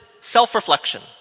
self-reflection